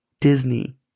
Disney